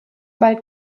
bald